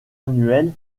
annuelle